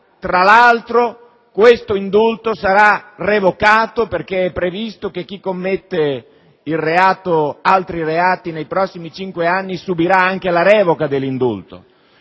tra l'altro, questo indulto sarà revocato perché è previsto che chi commette altri reati nei prossimi cinque anni subirà la revoca del